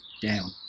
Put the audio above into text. down